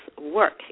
work